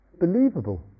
believable